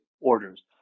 orders